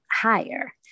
higher